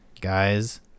Guys